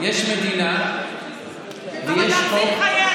יש מדינה ויש חוק,